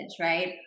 right